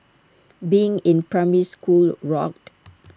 being in primary school rocked